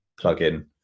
plugin